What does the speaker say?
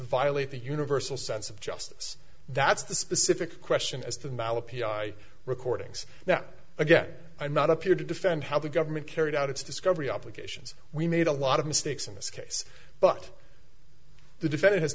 violate the universal sense of justice that's the specific question as to the ballot p r i recordings now again i'm not appeared to defend how the government carried out its discovery obligations we made a lot of mistakes in this case but the defendant has